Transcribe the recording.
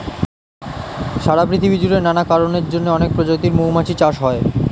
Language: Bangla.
সারা পৃথিবী জুড়ে নানা কারণের জন্যে অনেক প্রজাতির মৌমাছি চাষ হয়